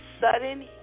sudden